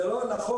זה לא נכון.